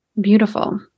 Beautiful